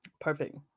perfect